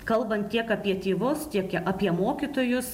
kalbant tiek apie tėvus tiek apie mokytojus